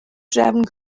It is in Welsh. drefn